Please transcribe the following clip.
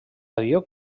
avió